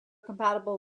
compatible